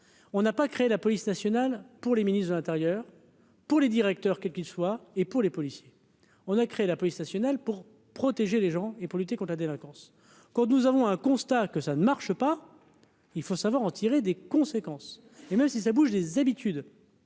on n'a pas créé la police nationale pour les ministre de l'Intérieur pour les directeurs, quel qu'il soit et pour les policiers, on a créé la police nationale pour protéger les gens et pour lutter con la délinquance quand nous avons un constat que ça ne marche pas, il faut savoir en tirer des conséquences, et même si ça bouge les habitudes,